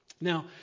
Now